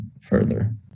further